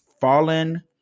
fallen